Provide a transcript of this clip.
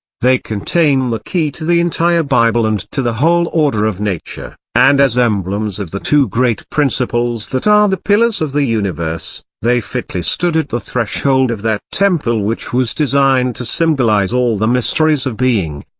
they contain the key to the entire bible and to the whole order of nature, and as emblems of the two great principles that are the pillars of the universe, they fitly stood at the threshold of that temple which was designed to symbolise all the mysteries of being.